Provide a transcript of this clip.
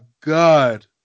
god